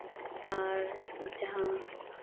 ᱟᱨ ᱡᱟᱦᱟᱸ